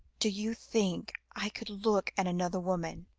do you think i could look at another woman,